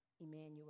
Emmanuel